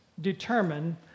determine